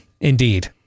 Indeed